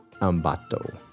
Ambato